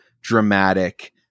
dramatic